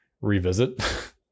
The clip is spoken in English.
revisit